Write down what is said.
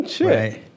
Right